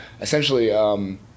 essentially